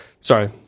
Sorry